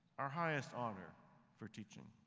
our highest honor for teaching.